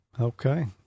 Okay